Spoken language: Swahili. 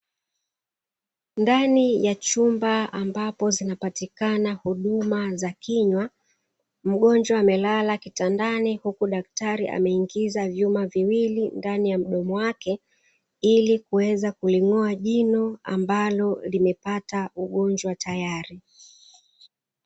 Ndani ya chumba ambapo zinapatikana huduma za kinywa, mgonjwa amelala kitandani. Huku daktari ameingiza vyuma viwili ndani ya mdomo wake, hili kuweza kuling'oa jino ambalo limepata ugonjwa tayari.